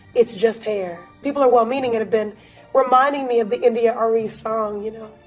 it's just hair. people are well-meaning and have been reminding me of the india arie song, you know,